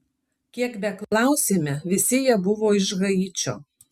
kiek beklausėme visi jie buvo iš haičio